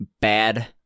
bad